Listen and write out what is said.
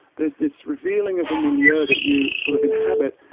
there's this revealing of a milieu that you sort of inhabit,